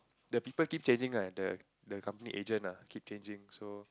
the people keep changing lah the the company agent ah keep changing so